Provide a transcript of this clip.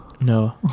No